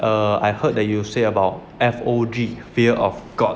err I heard that you say about F_O_G fear of god